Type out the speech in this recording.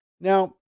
Now